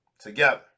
together